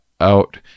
out